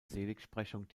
seligsprechung